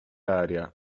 aria